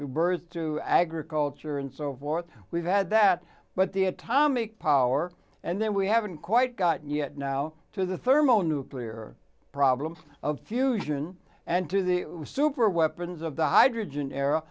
birth to agriculture and so forth we've had that but the atomic power and then we haven't quite got yet now to the thermonuclear problems of fusion and to the super weapons of the hydrogen era